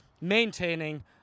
maintaining